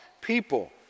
people